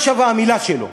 מה שווה המילה שלו?